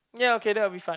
ya okay that will be fun